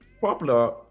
popular